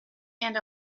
and